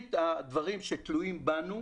מרבית הדברים שתלויים בנו,